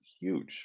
huge